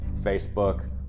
Facebook